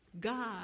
God